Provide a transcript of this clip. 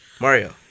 Mario